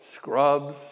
Scrubs